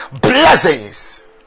blessings